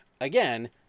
again